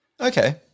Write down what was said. Okay